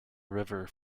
river